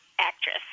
actress